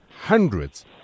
hundreds